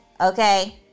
okay